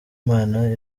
imana